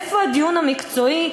איפה הדיון המקצועי?